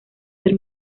ser